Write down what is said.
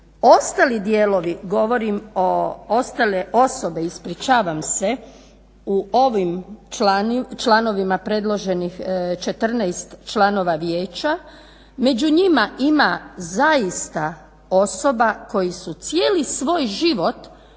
Ostali dijelovi, govorim ostale osobe ispričavam se u ovim članovima predloženih 14 članova vijeća. Među njima ima zaista osoba koji su cijeli svoj život posvetili